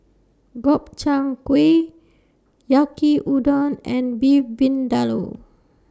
Gobchang Gui Yaki Udon and Beef Vindaloo